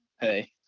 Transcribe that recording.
Hey